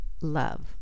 love